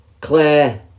Claire